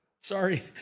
Sorry